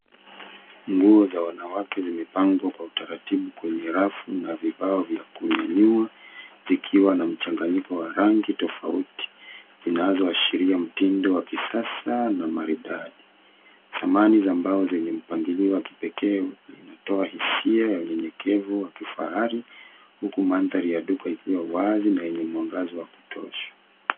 Nguo za wanawake zimepangwa kwa utaratibu kwenye rafu na vibao vya kunyanyua zikiwa na mchanganyiko wa rangi tofauti zinazoashiria mtindo wa kisasa na maridadi. Samani za mbao zenye mpangilio wa kipekee inatoa hisia ya unyenyekevu wa kifahari huku mandhari ya duka ikiwa wazi na yenye mwangaza wa kutosha.